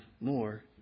more